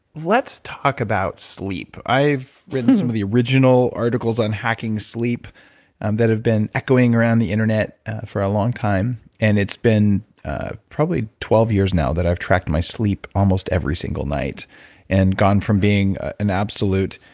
let's talk about sleep. i've written some of the original articles on hacking sleep and that have been echoing around the internet for a long time and it's been probably twelve years now that i've tracked my sleep almost every single night and gone from being an absolute,